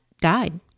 died